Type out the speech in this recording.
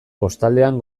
kostaldean